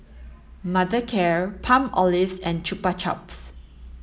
Mothercare Palmolive and Chupa Chups